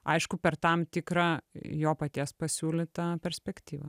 aišku per tam tikrą jo paties pasiūlytą perspektyvą